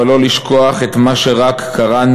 אבל לא לשכוח את מה שרק קראנו,